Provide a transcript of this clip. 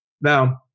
Now